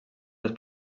les